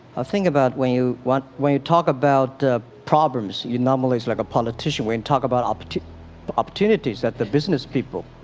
think about when you want when you talk about problems you normally is like a politician. we and talk about opportunity opportunity that the businesspeople.